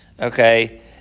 okay